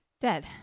Dead